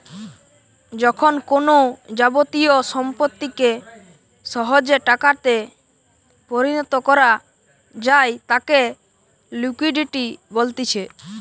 যখন কোনো যাবতীয় সম্পত্তিকে সহজে টাকাতে পরিণত করা যায় তাকে লিকুইডিটি বলতিছে